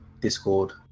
Discord